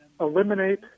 eliminate